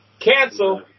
Cancel